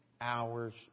hours